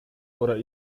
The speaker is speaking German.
oder